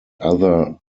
other